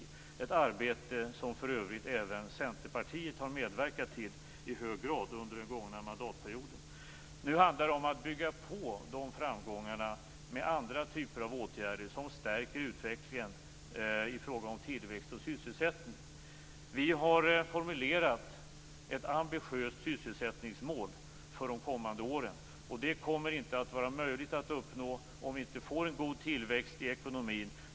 I detta arbete har för övrigt även Centerpartiet i hög grad medverkat under den gångna mandatperioden. Nu handlar det om att bygga på de framgångarna med andra typer av åtgärder som stärker utvecklingen i fråga om tillväxt och sysselsättning. Vi har formulerat ett ambitiöst sysselsättningsmål för de kommande åren, och det kommer inte att vara möjligt att uppnå det om vi inte får en god tillväxt i ekonomin.